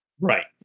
Right